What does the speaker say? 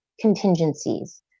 contingencies